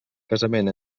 casament